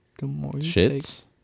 Shits